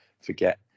forget